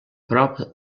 prop